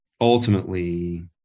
ultimately